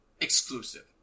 exclusive